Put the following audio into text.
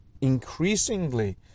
increasingly